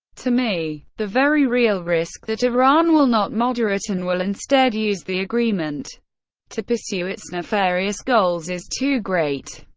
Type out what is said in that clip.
to me, the very real risk that iran will not moderate and will, instead, use the agreement to pursue its nefarious goals is too great.